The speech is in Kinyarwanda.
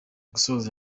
gusoza